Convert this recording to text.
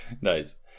nice